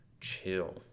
Chill